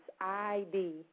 ID